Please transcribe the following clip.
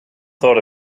thought